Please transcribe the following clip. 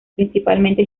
principalmente